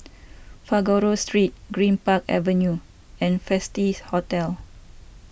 Figaro Street Greenpark Avenue and Festive Hotel